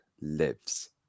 lives